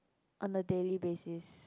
on the daily basis